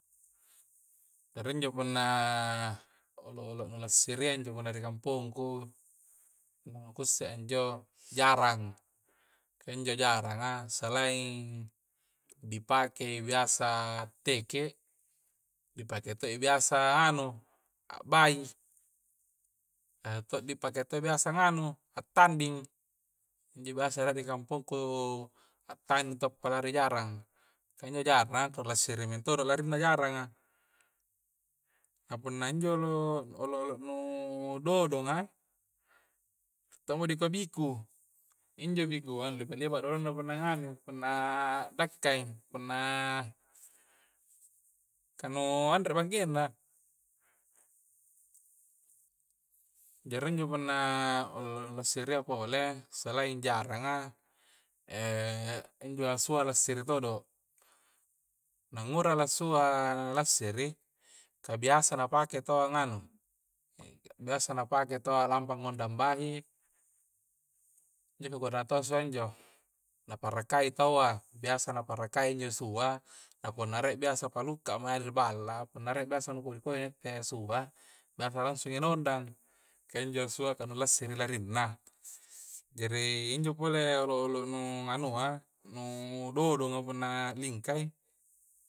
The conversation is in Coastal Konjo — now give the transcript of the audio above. Tere njo punna olo-olo nu lassiria intu punna ri kampongku na ku isse injo, jarang. kah injo jarangan selain dipakai biasa te'ke, di biasa to di pake anu a'bai. to' dipakai to biasa nganu tanding. injo biasa re' ri kampongku attangi to palari jarang. kah injo jarang kah nu lassiri mintodo laringna jaranga, a punna injo lo olo-olo nu dodonga tomodikodiku injo ri kua anre memang na dodona punna nganu punna dakkai punna kah nu anre bangkenna jari injo punna ollong-olo siria pole salain jaranga injo assua lassiri todo. la ngura assua lassiri kah biasa taua nganu biasa taua lampa ngondang bahi ningurai to assua injo naparakai taua biasa naparakai injo assua na punna rie biasa palluka maeng ri balla a punna biasa rie nu kodi-kodi nakke assua, biasa i langsung na ngondang, kah injo assua kah anu lassiri larinna jari injo pole olo-olonu nganua nu dodongan punna lingkai'